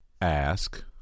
Ask